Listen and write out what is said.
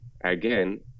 again